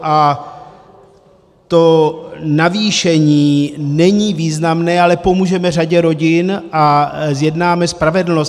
A to navýšení není významné, ale pomůžeme řadě rodin a zjednáme spravedlnost.